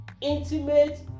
intimate